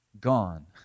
gone